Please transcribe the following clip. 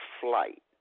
flight